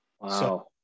Wow